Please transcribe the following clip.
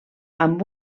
amb